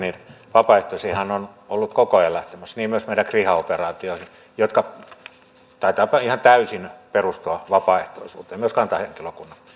vapaaehtoisiahan on ollut koko ajan lähtemässä niin myös meidän kriha operaatioihimme jotka taitavat ihan täysin perustua vapaaehtoisuuteen myös kantahenkilökunnan